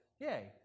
Yay